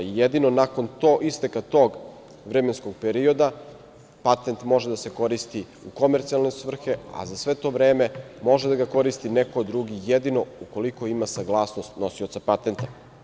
Jedino nakon isteka tog vremenskog perioda patent može da se koristi u komercijalne svrhe, a za sve to vreme može da ga koristi neko drugi jedino ukoliko ima saglasnost nosioca patenta.